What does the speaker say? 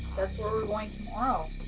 that's where we're going tomorrow.